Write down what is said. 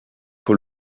pour